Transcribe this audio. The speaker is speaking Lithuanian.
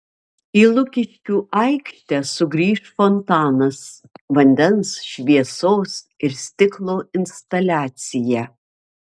į lukiškių aikštę sugrįš fontanas vandens šviesos ir stiklo instaliacija